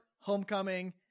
Homecoming